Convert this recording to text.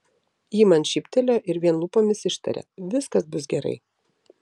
ji man šyptelėjo ir vien lūpomis ištarė viskas bus gerai